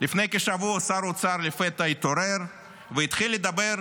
לפני כשבוע שר האוצר התעורר לפתע והתחיל לדבר,